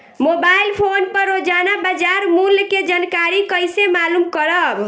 Mobile phone पर रोजाना बाजार मूल्य के जानकारी कइसे मालूम करब?